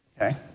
okay